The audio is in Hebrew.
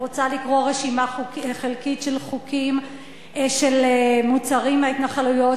אני רוצה לקרוא רשימה חלקית של מוצרים מהתנחלויות